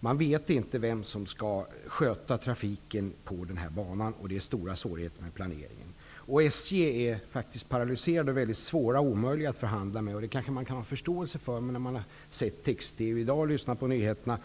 Man vet inte vem som skall sköta trafiken på denna bana, och det är stora svårigheter med planeringen. SJ är paralyserat och är mycket svårt att förhandla med. Man kan kanske ha förståelse för det efter att i dag ha sett på text-TV och lyssnat på nyheterna.